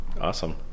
Awesome